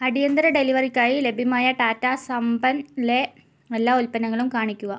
അടിയന്തര ഡെലിവറിക്കായി ലഭ്യമായ ടാറ്റാ സംപനിലെ എല്ലാ ഉൽപ്പന്നങ്ങളും കാണിക്കുക